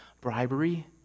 bribery